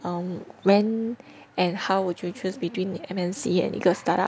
um when and how would you choose between M_N_C and 一个 startup